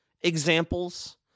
examples